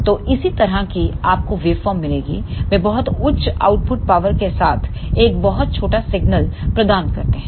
तो इसी तरह की आपको वेवफॉर्म मिलेगी वे बहुत उच्च आउटपुट पावर के साथ एक बहुत छोटा सिग्नल प्रदान करते हैं